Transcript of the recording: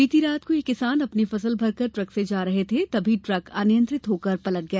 बीती रात को यह किसान अपनी फसल भरकर ट्रक से जा रहे थे तभी ट्रक अनियंत्रित होकर पलट गया